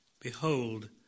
Behold